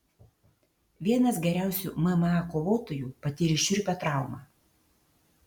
vienas geriausių mma kovotojų patyrė šiurpią traumą